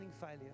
failure